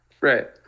right